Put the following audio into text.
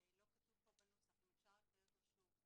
שלא כתוב כאן בנוסח אפשר לקרוא שוב?